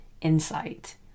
insight